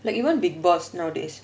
like even bigg boss nowadays